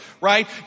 right